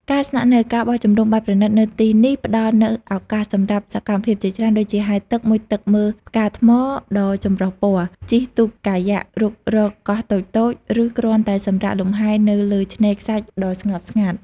ការស្នាក់នៅ ការបោះជំរំបែបប្រណីត នៅទីនេះផ្តល់នូវឱកាសសម្រាប់សកម្មភាពជាច្រើនដូចជា ហែលទឹក មុជទឹកមើលផ្កាថ្មដ៏ចម្រុះពណ៌ ជិះទូកកាយ៉ាក់រុករកកោះតូចៗ ឬគ្រាន់តែសម្រាកលំហែនៅលើឆ្នេរខ្សាច់ដ៏ស្ងប់ស្ងាត់។